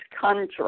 country